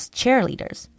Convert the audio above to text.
cheerleaders